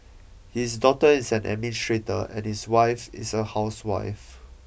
his daughter is an administrator and his wife is a housewife